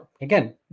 again